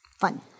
Fun